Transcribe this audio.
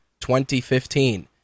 2015